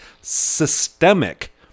systemic